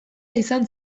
izan